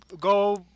go